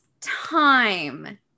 time